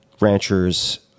ranchers